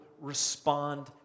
respond